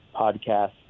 podcast